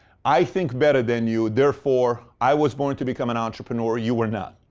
i think better than you, therefore, i was born to become an entrepreneur, you were not.